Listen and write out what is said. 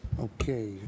okay